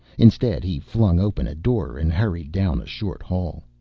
instead he flung open a door and hurried down a short hall.